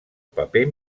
paper